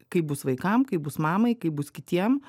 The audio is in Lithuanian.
kaip bus vaikam kaip bus mamai kaip bus kitiem